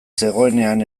zegoenean